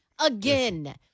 Again